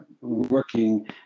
working